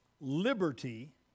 Liberty